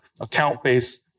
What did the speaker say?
account-based